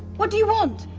what do you want?